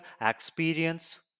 experience